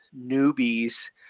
newbies